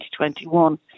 2021